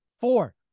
Four